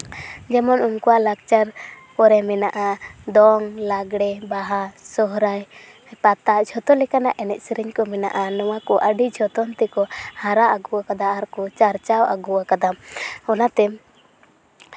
ᱡᱮᱢᱚᱱ ᱩᱱᱠᱩᱣᱟᱜ ᱞᱟᱠᱪᱟᱨ ᱠᱚᱨᱮ ᱢᱮᱱᱟᱜᱼᱟ ᱫᱚᱝ ᱞᱟᱜᱽᱬᱮ ᱵᱟᱦᱟ ᱥᱚᱨᱦᱟᱭ ᱯᱟᱛᱟ ᱡᱷᱚᱛᱚ ᱞᱮᱠᱟᱱᱟᱜ ᱮᱱᱮᱡ ᱥᱮᱨᱮᱧ ᱠᱚ ᱢᱮᱱᱟᱜᱼᱟ ᱱᱚᱶᱟ ᱠᱚ ᱟᱹᱰᱤ ᱡᱚᱛᱚᱱ ᱛᱮᱠᱚ ᱦᱟᱨᱟ ᱟᱹᱜᱩᱣᱟᱠᱟᱫᱟ ᱟᱨᱠᱚ ᱪᱟᱨᱪᱟ ᱟᱹᱜᱩᱣᱟᱠᱟᱫᱟ ᱚᱱᱟᱛᱮ